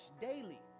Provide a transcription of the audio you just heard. daily